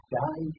die